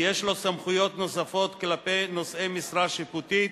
ויש לו סמכויות נוספות כלפי נושאי משרה שיפוטית,